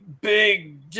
big